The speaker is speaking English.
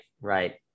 right